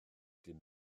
dim